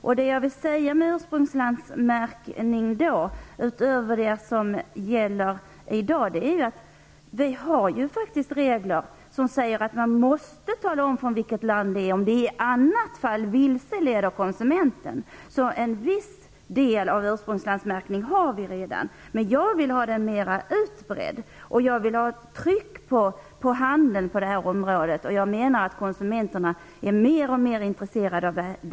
När det gäller ursprungslandsmärkning tidigare jämfört med vad som gäller i dag så har vi nu regler som säger att man måste tala om från vilket land en vara kommer om konsumenten annars blir vilseledd. En viss ursprungslandsmärkning har vi alltså redan. Jag vill att vi skall ha ett tryck på handeln när det gäller detta. Konsumenterna är mer och mer intresserade av dessa frågor.